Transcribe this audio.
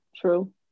True